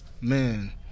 Man